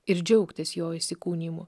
ir džiaugtis jo įsikūnijimu